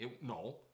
No